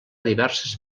diverses